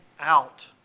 out